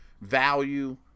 value